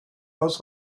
aus